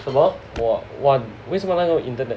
什么我 want 为什么那种 internet